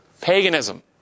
Paganism